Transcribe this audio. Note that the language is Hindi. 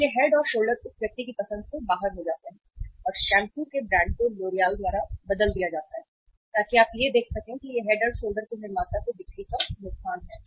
इसलिए हेड और शोल्डर उस व्यक्ति की पसंद से बाहर हो जाते हैं और शैम्पू के ब्रांड को लोरियल द्वारा बदल दिया जाता है ताकि आप यह देख सकें कि यह हेड और शोल्डर के निर्माता को बिक्री का नुकसान है